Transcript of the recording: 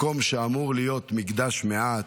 מקום שאמור להיות מקדש מעט,